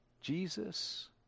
Jesus